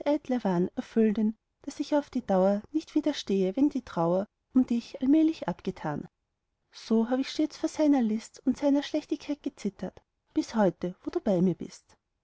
erfüllt ihn daß ich auf die dauer nicht widerstehe wenn die trauer um dich allmählich abgetan so hab ich stets vor seiner list und seiner schlechtigkeit gezittert bis heute wo du bei mir bist